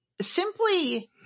Simply